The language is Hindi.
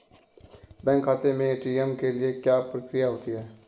बैंक खाते में ए.टी.एम के लिए क्या प्रक्रिया होती है?